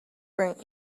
bring